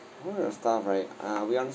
one of your stuff right uh we